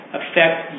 affect